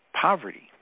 poverty